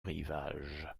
rivage